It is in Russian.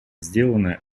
сделанное